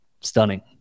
stunning